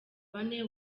bane